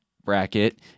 bracket